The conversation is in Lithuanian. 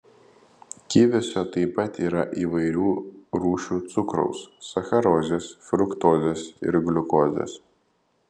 kiviuose taip pat yra įvairių rūšių cukraus sacharozės fruktozės ir gliukozės